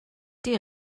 die